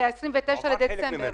אושר ב-29 בדצמבר.